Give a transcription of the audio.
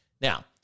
Now